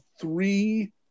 three